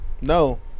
No